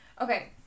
Okay